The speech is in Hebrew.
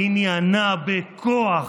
עניינה בכוח.